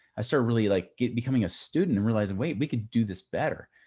i started really like, get, becoming a student and realized, wait, we could do this better.